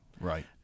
Right